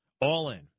All-in